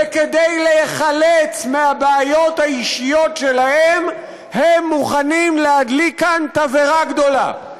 וכדי להיחלץ מהבעיות האישיות שלהם הם מוכנים להדליק כאן תבערה גדולה.